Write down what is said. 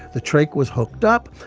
the trach was hooked up.